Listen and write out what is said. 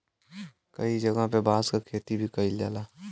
कई जगह पे बांस क खेती भी कईल जाला